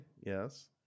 Yes